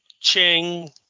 Ching